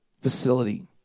facility